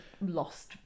lost